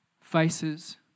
faces